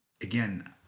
again